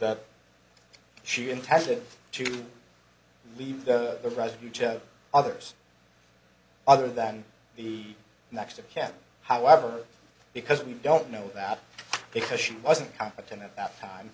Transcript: that she intended to leave the right to judge others other than the next camp however because we don't know that because she wasn't competent at that time